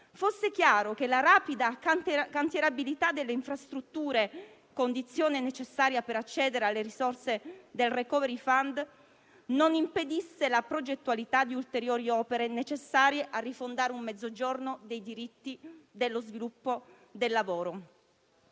fosse chiaro che la rapida cantierabilità delle infrastrutture -condizione necessaria per accedere alle risorse del *recovery* *fund* - non impedisse la progettualità di ulteriori opere necessarie a rifondare un Mezzogiorno dei diritti dello sviluppo e del lavoro.